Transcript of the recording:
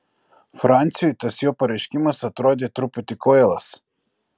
franciui tas jo pareiškimas atrodė truputį kvailas